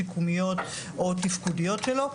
שיקומיות או תפקודיות שלו.